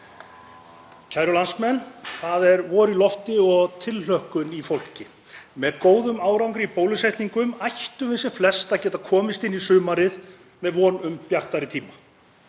Kæru landsmenn. Það er vor í lofti og tilhlökkun í fólki. Með góðum árangri í bólusetningum ættum við sem flest að geta komist inn í sumarið með von um bjartari tíma.